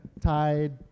Tide